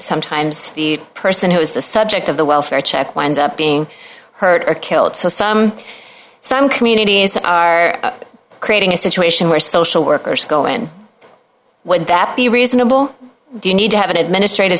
sometimes the person who is the subject of the welfare check winds up being hurt or killed so some some communities are creating a situation where social workers go in would that be reasonable do you need to have an administrative